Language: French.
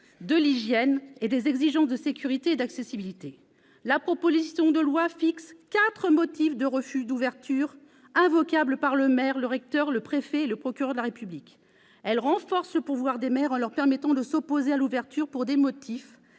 de l'hygiène et des exigences de sécurité et d'accessibilité ». La proposition de loi fixe quatre motifs de refus d'ouverture invocables par le maire, le recteur, le préfet et le procureur de la République. Elle renforce le pouvoir des maires, en leur permettant de s'opposer à l'ouverture pour des motifs